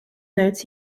notes